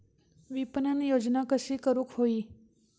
विपणन योजना कशी करुक होई?